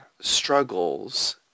struggles